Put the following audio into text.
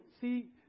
See